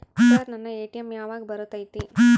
Sir ನನ್ನ ATM ಯಾವಾಗ ಬರತೈತಿ?